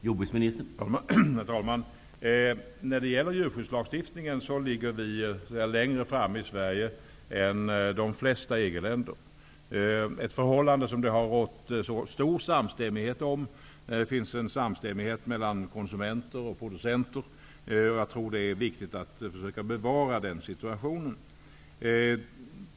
Herr talman! När det gäller djurskyddslagstiftningen ligger vi i Sverige längre fram än de flesta EG-länder. Det är ett förhållande som det har rått stor samstämmighet om. Det finns en samstämmighet mellan konsumenter och producenter. Jag tror att det är viktigt att försöka bevara detta.